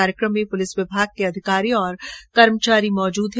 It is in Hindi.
कार्यक्रम में पुलिस विभाग के अधिकारी और कर्मचारी मौजूद हैं